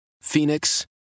Phoenix